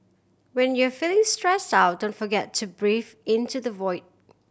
when you are feeling stressed out don't forget to breathe into the void